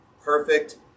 perfect